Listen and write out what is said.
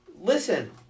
Listen